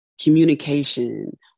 Communication